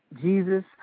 Jesus